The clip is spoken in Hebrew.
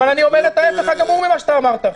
אני אומר את ההפך הגמור ממה שאמרת עכשיו.